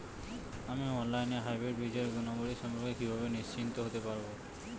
আমি অনলাইনে হাইব্রিড বীজের গুণাবলী সম্পর্কে কিভাবে নিশ্চিত হতে পারব?